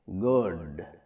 good